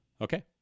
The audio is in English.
Okay